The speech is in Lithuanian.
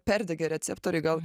perdegė receptoriai gal